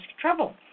trouble